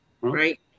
Right